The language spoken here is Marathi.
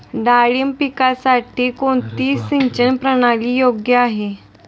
डाळिंब पिकासाठी कोणती सिंचन प्रणाली योग्य आहे?